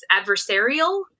adversarial